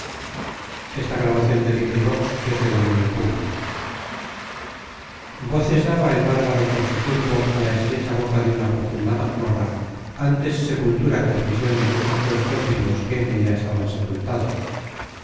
y es socorrido de un navío voces daba el bárbaro corsicurbo á la estrecha boca de una profunda mazmorra ántes sepultura que prision de muchos cuerpos vivos que en ella estaban sepultados